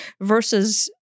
versus